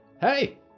Hey